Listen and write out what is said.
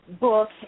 book